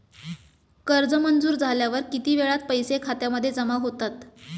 कर्ज मंजूर झाल्यावर किती वेळात पैसे खात्यामध्ये जमा होतात?